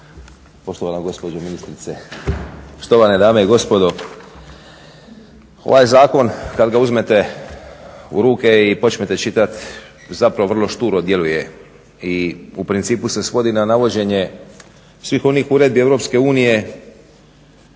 poštovana gospođo ministrice, štovane dame i gospodo. Ovaj zakon kad ga uzmete u ruke i počnete čitati zapravo vrlo šturo djeluje i u principu se svodi na navođenje svih onih uredbi EU koje